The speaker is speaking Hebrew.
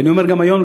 ואני אומר גם היום,